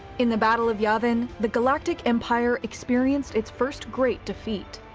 in the battle of yavin, the galactic empire experienced its first great defeat.